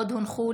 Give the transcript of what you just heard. עוד הונחה,